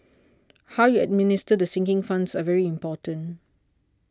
how you administer the sinking funds are very important